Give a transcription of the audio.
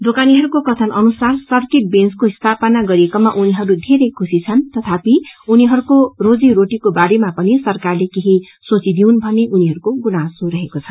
दोकानहरूको कथन अनुसार सर्किट बेचको स्थापना गरिएकोमा उनीहरू धेरै खुशी छन् तथापि उनीहरूको रोजी रोटीको बारेमा पनि सरकारले केही सोचिदिउन् भन्ने उनीहरूको गुनासो रहेको छ